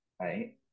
right